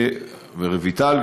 גם רויטל,